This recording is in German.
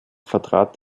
vertrat